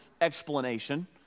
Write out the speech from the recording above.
explanation